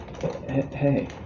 Hey